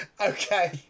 Okay